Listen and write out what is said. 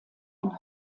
ein